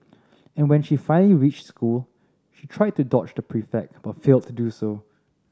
and when she finally reached school she tried to dodge the prefect but failed to do so